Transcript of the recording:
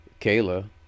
kayla